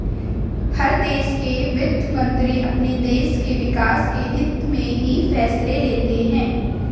हर देश के वित्त मंत्री अपने देश के विकास के हित्त में ही फैसले लेते हैं